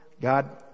God